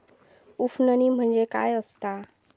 उफणणी म्हणजे काय असतां?